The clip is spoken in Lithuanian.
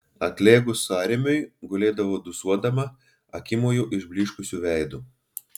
atlėgus sąrėmiui gulėdavo dūsuodama akimoju išblyškusiu veidu